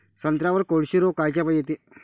संत्र्यावर कोळशी रोग कायच्यापाई येते?